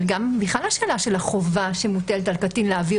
אבל השאלה של החובה שמוטלת על קטין להעביר